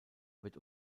wird